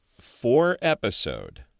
four-episode